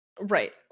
Right